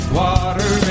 water